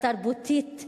התרבותית,